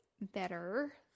better